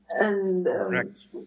Correct